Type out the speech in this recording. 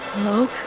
Hello